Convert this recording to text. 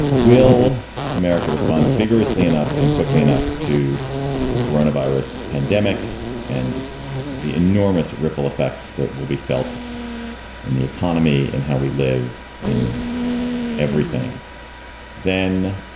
will america respond vigorously enough and quickly enough to the corona virus pandemic and the enormous ripple effects that will be felt in the economy and how we live in everything then?